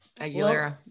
aguilera